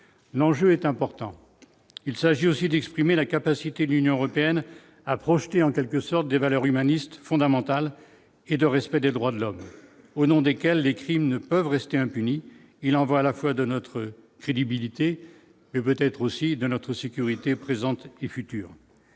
l'enjeu est important : il s'agit aussi d'exprimer la capacité de l'Union européenne a projeté en quelque sorte des valeurs humanistes fondamentales et de respect des droits de l'homme au nom desquels les crimes ne peuvent rester impunis, il l'envoie à la fois de notre crédibilité, mais peut-être aussi de notre sécurité présentes et futures,